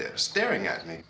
there staring at me